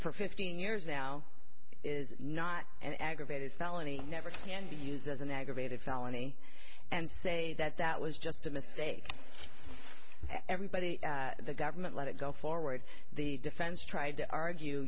for fifteen years now is not an aggravated felony never can be used as an aggravated felony and say that that was just a mistake everybody the government let it go forward the defense tried to argue